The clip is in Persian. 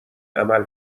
عمل